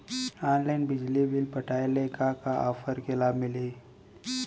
Online बिजली bill पटाय ले का का ऑफ़र के लाभ मिलही?